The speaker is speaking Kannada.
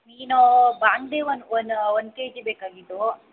ಮೀನು ಬಾಂಗ್ಡೆ ಒಂದು ಒಂದು ಒಂದು ಕೆಜಿ ಬೇಕಾಗಿದ್ದವು